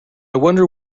wonder